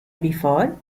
before